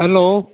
hello